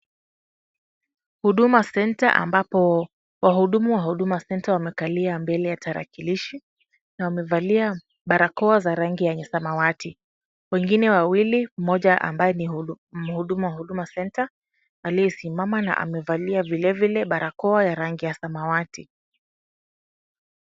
Huduma center ambapo wahudumu wa huduma center wamekalia mbele ya tarakilishi, na wamevalia barakoa za rangi yenye samawati. Wengine wawili , mmoja ambaye ni mhudumu wa huduma center , aliyesimama na amevalia vile vile barakoa ya rangi ya samawati.